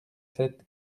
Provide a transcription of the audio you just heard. sept